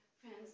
friends